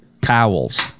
towels